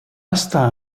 estar